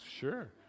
sure